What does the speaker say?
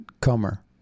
Comer